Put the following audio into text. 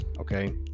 okay